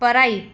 पढ़ाई